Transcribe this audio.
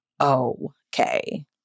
okay